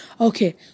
Okay